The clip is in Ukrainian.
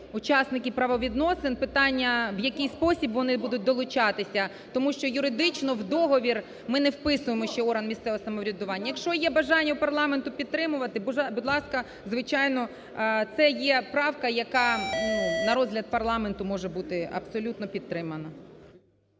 "учасники правовідносин", питання: в який спосіб вони будуть долучатися, тому що юридично в договір ми не вписуємо, що орган місцевого самоврядування. Якщо є бажання у парламенту підтримувати, будь ласка, звичайно, це є правка, яка на розгляд парламенту може бути абсолютно підтримана.